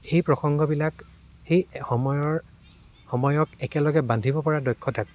সেই প্ৰসংগবিলাক সেই সময়ৰ সময়ক একেলগে বান্ধিব পৰা দক্ষতাক